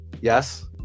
Yes